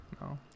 No